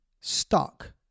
stuck